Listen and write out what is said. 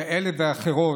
כאלה ואחרות,